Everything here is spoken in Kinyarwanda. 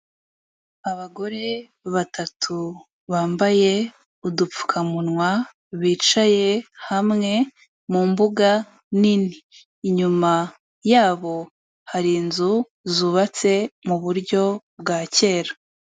Abagore batatu bambaye udupfukamunwa, bicaye hamwe mu mbuga nini, inyuma yabo hari inzu zubatse muburyo bwa kera.